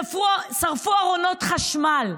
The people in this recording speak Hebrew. שרפו ארונות חשמל,